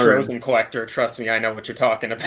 i was in collector. trust me. i know what you're talking about.